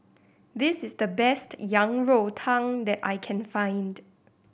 this is the best Yang Rou Tang that I can find